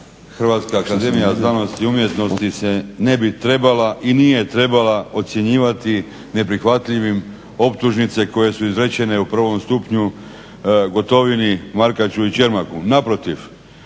navod kolege gdje tvrdi da HAZU se ne bi trebala i nije trebala ocjenjivati neprihvatljivim optužnice koje su izrečene u prvom stupnju Gotovini, Markaču i Čermaku. Naprotiv,